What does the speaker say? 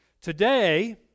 Today